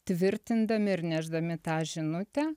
tvirtindami ir nešdami tą žinutę